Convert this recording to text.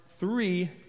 Three